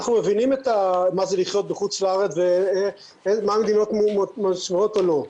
אנחנו מבינים מה זה לחיות בחוץ לארץ ומה המדינות מאשרות או לא,